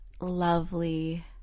lovely